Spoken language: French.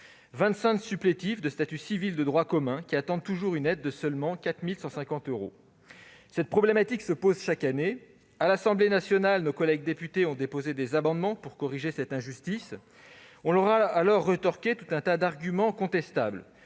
supplétifs de statut civil de droit commun attendent toujours une aide de seulement 4 150 euros. Cette problématique se pose chaque année. À l'Assemblée nationale, nos collègues députés ont déposé des amendements pour corriger cette injustice ; on leur a opposé tout un tas d'arguments contestables